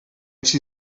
she